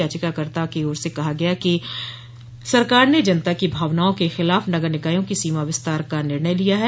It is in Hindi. याचिकाकर्ताओं की ओर से कहा गया कि सरकार ने जनता की भावनाओं के खिलाफ नगर निकायों की सीमा विस्तार का निर्णय लिया है